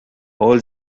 all